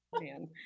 Man